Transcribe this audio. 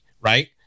Right